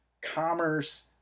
commerce